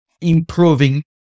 improving